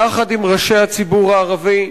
יחד עם ראשי הציבור הערבי,